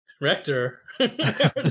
Rector